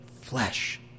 flesh